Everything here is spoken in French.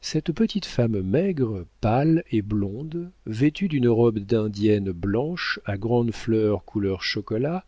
cette petite femme maigre pâle et blonde vêtue d'une robe d'indienne blanche à grandes fleurs couleur chocolat